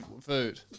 food